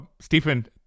Stephen